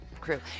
crew